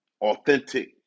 authentic